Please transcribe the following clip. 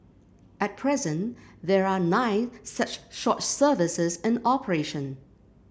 at present there are nine such short services in operation